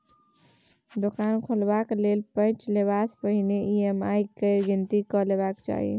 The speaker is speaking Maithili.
दोकान खोलबाक लेल पैंच लेबासँ पहिने ई.एम.आई केर गिनती कए लेबाक चाही